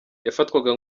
yafatwaga